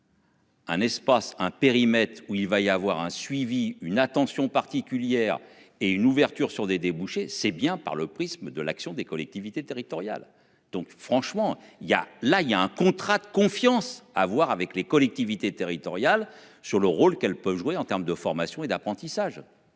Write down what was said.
Un espace un périmètre où il va y avoir un suivi une attention particulière et une ouverture sur des débouchés, c'est bien par le prisme de l'action des collectivités territoriales, donc franchement il y a là il y a un contrat de confiance à voir avec les collectivités territoriales, sur le rôle qu'elle peut jouer en termes de formation et d'apprentissage.